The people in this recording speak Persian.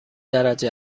درجه